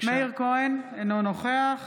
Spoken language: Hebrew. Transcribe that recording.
מאיר כהן, אינו נוכח